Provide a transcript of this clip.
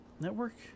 network